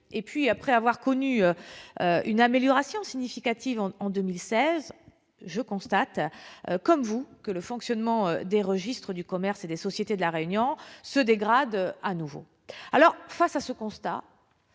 profit. Après avoir connu une amélioration significative en 2016, je constate comme vous que le fonctionnement des registres du commerce et des sociétés de La Réunion se dégrade à nouveau. Face à ce constat,